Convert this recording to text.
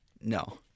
No